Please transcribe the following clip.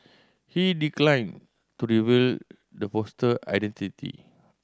he declined to reveal the poster identity